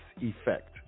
effect